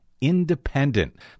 independent